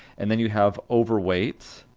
and then you have overweight,